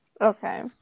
Okay